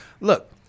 look